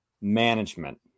management